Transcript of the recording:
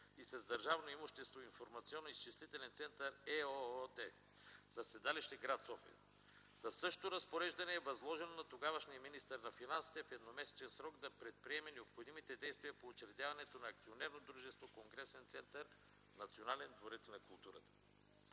и с държавно имущество – „Информационно-изчислителен център” ЕООД със седалище гр. София. Със същото разпореждане е възложено на тогавашния министър на финансите в едномесечен срок да предприеме необходимите действия по учредяването на акционерно дружество „Конгресен център – Национален дворец на културата”